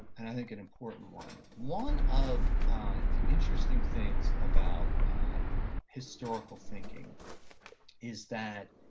and i think an important one. one of the interesting things about historical thinking is that